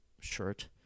shirt